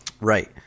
right